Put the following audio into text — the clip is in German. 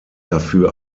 dafür